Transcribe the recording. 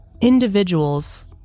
individuals